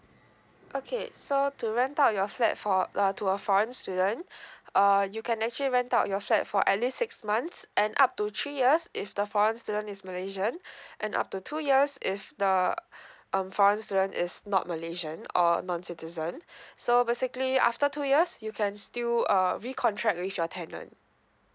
okay so to rent out your flat for uh to a foreign student uh you can actually rent out your flat for at least six months and up to three years if the foreign student is malaysian and up to two years if the um foreign student is not malaysian or non citizen so basically after two years you can still uh recontract with your tenant